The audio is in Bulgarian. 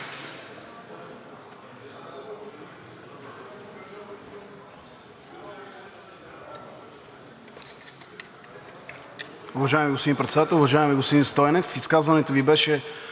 Уважаеми господин Председател, уважаеми господин Стойнев! Изказването Ви беше